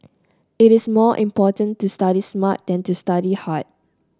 it is more important to study smart than to study hard